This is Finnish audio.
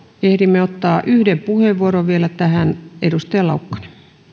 ehdimme ottaa yhden puheenvuoron vielä tähän edustaja laukkanen